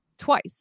Twice